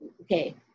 Okay